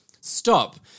stop